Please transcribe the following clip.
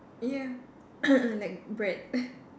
ya like bread